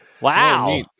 Wow